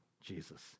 Jesus